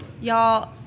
Y'all